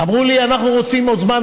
אמרו לי: אנחנו רוצים עוד זמן.